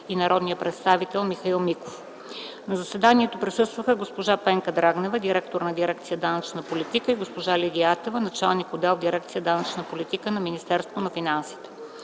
Драгомир Стойнев и Михаил Миков. На заседанието присъстваха госпожа Пенка Драгнева – директор на дирекция „Данъчна политика”, и госпожа Лидия Атева – началник-отдел в дирекция „Данъчна политика” в Министерството на финансите.